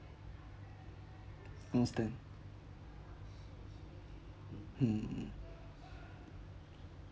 understand mm